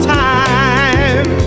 time